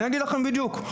אני אגיד לכם בדיוק.